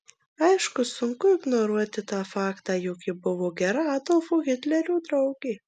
aišku sunku ignoruoti tą faktą jog ji buvo gera adolfo hitlerio draugė